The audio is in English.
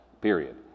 period